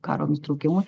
karo nutraukimui